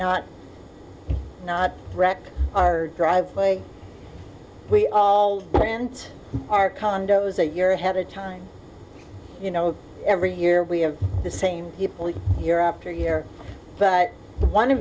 not not wreck our driveway we all plant our condos a year ahead of time you know every year we have the same year after year but one of